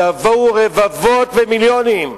יבואו רבבות ומיליונים.